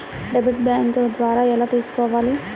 Debit bank ద్వారా ఎలా తీసుకోవాలి?